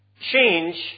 change